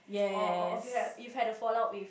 or or you've you've had a fall out with